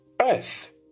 Earth